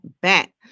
back